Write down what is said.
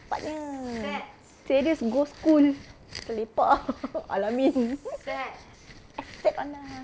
cepatnya darius go school kita lepak ah al-amin set on ah